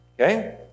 okay